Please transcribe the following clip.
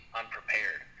unprepared